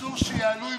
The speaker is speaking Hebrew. אסור שיעלו עם